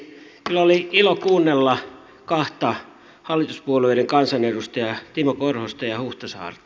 kyllä oli ilo kuunnella kahta hallituspuolueiden kansanedustajaa timo korhosta ja huhtasaarta